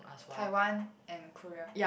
Taiwan and Korea